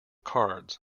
cards